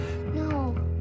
No